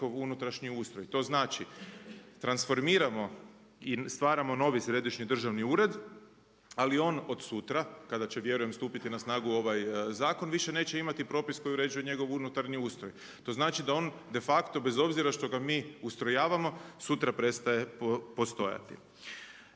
unutrašnji ustroj. To znači, transformiramo i stvaramo novi središnji državni ured, ali on od sutra kada će vjerujem stupiti na snagu ovaj zakon više neće imati propis koji uređuje njegov unutarnji ustroj. To znači da on de facto bez obzira što ga mi ustrojavamo, sutra prestaje postojati.